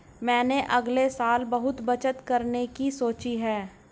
मैंने अगले साल बहुत बचत करने की सोची है